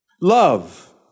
Love